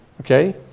okay